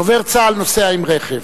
דובר צה"ל נוסע ברכב.